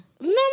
No